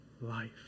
life